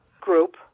group